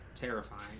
terrifying